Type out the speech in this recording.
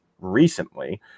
recently